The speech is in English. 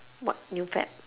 what new fad